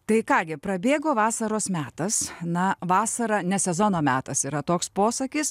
tai ką gi prabėgo vasaros metas na vasara ne sezono metas yra toks posakis